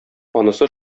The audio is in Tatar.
анысы